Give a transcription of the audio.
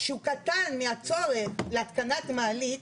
שהוא קטן מהצורך להתקנת מעלית,